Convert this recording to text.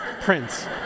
Prince